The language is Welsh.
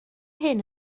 hyn